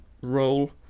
role